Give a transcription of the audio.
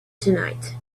tonight